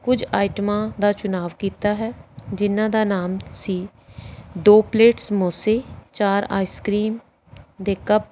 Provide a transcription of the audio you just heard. ਕੁਝ ਆਇਟਮਾਂ ਦਾ ਚੁਣਾਵ ਕੀਤਾ ਹੈ ਜਿਹਨਾਂ ਦਾ ਨਾਮ ਸੀ ਦੋ ਪਲੇਟ ਸਮੋਸੇ ਚਾਰ ਆਈਸਕ੍ਰੀਮ ਦੇ ਕੱਪ